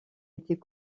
était